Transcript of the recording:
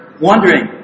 wondering